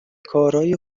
کارای